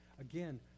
Again